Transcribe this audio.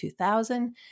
2000